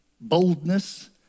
boldness